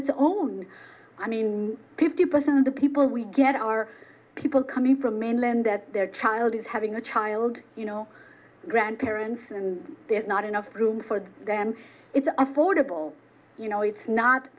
its own i mean peoples and the people we get are people coming from mainland that their child is having a child you know grandparents and there's not enough room for them it's affordable you know it's not